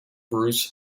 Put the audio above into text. bruce